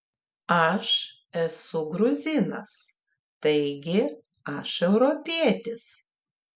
aš esu gruzinas taigi aš europietis